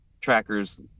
trackers